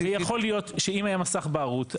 יכול להיות שאם היה מסך בערות,